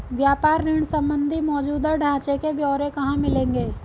व्यापार ऋण संबंधी मौजूदा ढांचे के ब्यौरे कहाँ मिलेंगे?